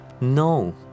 No